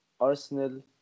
Arsenal